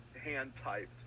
hand-typed